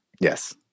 Yes